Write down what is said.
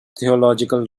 theological